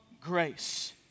grace